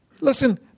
Listen